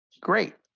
great